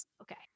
Okay